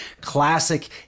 classic